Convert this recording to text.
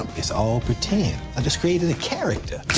um it's all pretend. i just created a character.